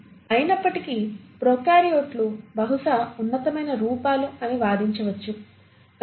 అయినప్పటికీ ప్రొకార్యోట్లు బహుశా ఉన్నతమైన రూపాలు అని వాదించవచ్చు గత 3